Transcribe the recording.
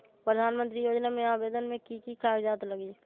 प्रधानमंत्री योजना में आवेदन मे की की कागज़ात लगी?